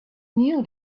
knew